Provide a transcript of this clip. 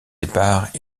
épars